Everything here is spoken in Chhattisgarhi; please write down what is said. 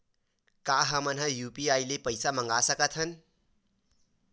का हमन ह यू.पी.आई ले पईसा मंगा सकत हन?